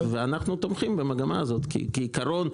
ואנחנו תומכים במגמה הזאת כי כעיקרון,